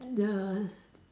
and the